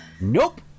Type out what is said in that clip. Nope